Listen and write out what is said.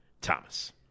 Thomas